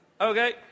Okay